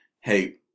hey